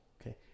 Okay